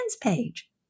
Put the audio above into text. page